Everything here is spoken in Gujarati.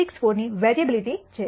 64 ની વેરીઅબીલીટી છે